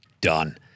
Done